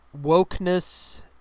wokeness